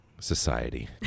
society